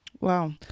Wow